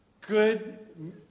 good